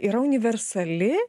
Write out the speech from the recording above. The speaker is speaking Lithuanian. yra universali